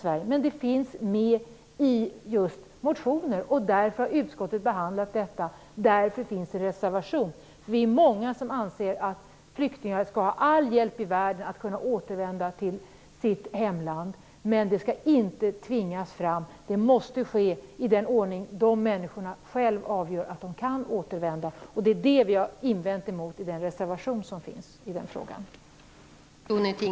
Men frågan finns med i motioner, och därför har utskottet behandlat detta. Därför finns det en reservation. Vi är många som anser att flyktingar skall få all hjälp i världen för att återvända till sitt hemland. Men det skall inte tvingas fram. Det måste ske i den ordning människorna själva avgör att de kan återvända. Det är det som vi har invänt mot i den reservation som finns i frågan.